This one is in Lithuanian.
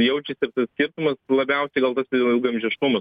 jaučiasi ir tas skirtumas labiausiai gal tas il ilgaamžiškumas